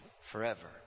forever